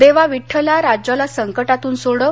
देवा विठ्ठला राज्याला संकटातून सोडव